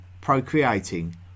procreating